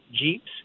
Jeeps